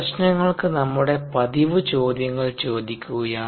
പ്രശ്നങ്ങൾക്ക് നമ്മളുടെ പതിവ് ചോദ്യങ്ങൾ ചോദിക്കുകയാണ്